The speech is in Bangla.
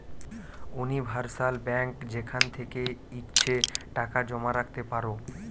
উনিভার্সাল বেঙ্ক যেখান থেকে ইচ্ছে টাকা জমা রাখতে পারো